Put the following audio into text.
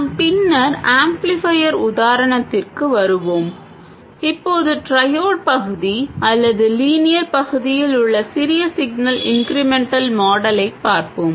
நாம் பின்னர் ஆம்ப்ளிஃபையர் உதாரணத்திற்கு வருவோம் இப்போது ட்ரையோட் பகுதி அல்லது லீனியர் பகுதியில் உள்ள சிறிய சிக்னல் இன்க்ரிமென்டல் மாடலைப் பார்ப்போம்